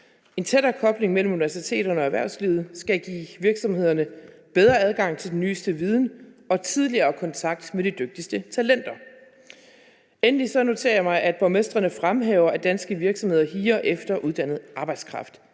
En tættere kobling mellem universiteterne og erhvervslivet skal give virksomhederne bedre adgang til den nyeste viden og tidligere kontakt med de dygtigste talenter. Endelig noterer jeg mig, at borgmestrene fremhæver, at danske virksomheder higer efter uddannet arbejdskraft.